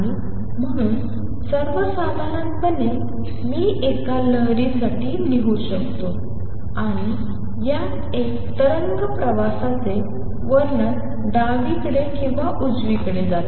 आणि म्हणून सर्वसाधारणपणे मी एका लहरीसाठी 2fx21v22ft2 लिहू शकतो आणि यात एक तरंग प्रवासाचे वर्णन डावीकडे किंवा उजवीकडे